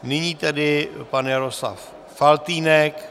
Nyní tedy pan Jaroslav Faltýnek.